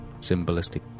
symbolistic